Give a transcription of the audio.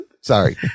Sorry